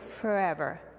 forever